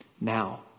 Now